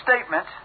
statement